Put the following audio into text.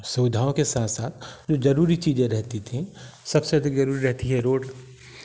सुविधाओं के साथ साथ जो जरूरी चीज़ें रहती थी सबसे अधिक जरूरी रहती है रोड